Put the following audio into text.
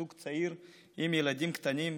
זוג צעיר עם ילדים קטנים,